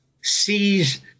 sees